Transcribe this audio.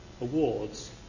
awards